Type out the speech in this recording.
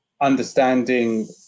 understanding